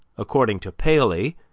according to paley,